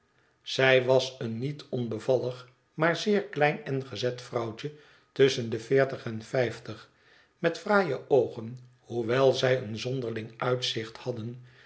zij was een niet onbevallig maar zeer klein en gezet vrouwtje tusschen de veertig en vijftig met fraaie oogen hoewel zij een zonderling uitzicht hadden